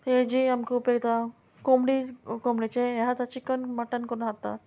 तेजी आमकां उपेग आसा कोंबडी कोंबडीचें हें आतां चिकन मटन करून खाता